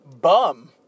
Bum